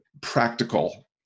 practical